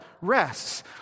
rests